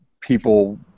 people